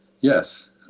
yes